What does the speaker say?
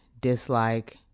dislike